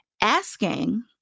asking